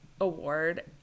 award